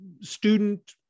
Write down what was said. student